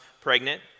pregnant